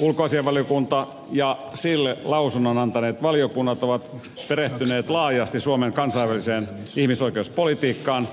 ulkoasiainvaliokunta ja sille lausunnon antaneet valiokunnat ovat perehtyneet laajasti suomen kansainväliseen ihmisoikeuspolitiikkaan